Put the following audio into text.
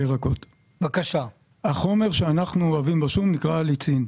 החומר שאנחנו אוהבים בשום נקרא אליצין.